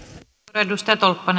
arvoisa